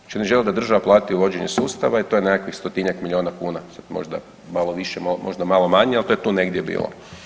Znači oni žele da država plati uvođenje sustava i to je nekakvih 100-njak milijuna kuna, sad možda malo više, možda malo manje, ali to je tu negdje bilo.